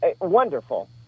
Wonderful